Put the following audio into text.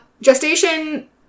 Gestation